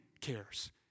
cares